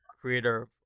creator